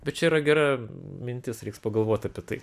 bet čia yra gera mintis reiks pagalvot apie tai